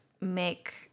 make